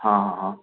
हाँ हाँ हाँ